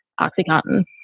oxycontin